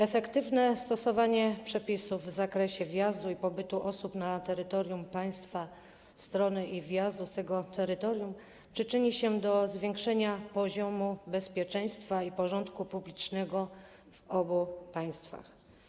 Efektywne stosowanie przepisów w zakresie wjazdu i pobytu osób na terytorium państwa strony i wyjazdu z tego terytorium przyczyni się do zwiększenia poziomu bezpieczeństwa i porządku publicznego w obu państwach.